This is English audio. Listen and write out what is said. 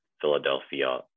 Philadelphia